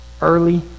early